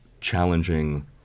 challenging